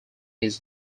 his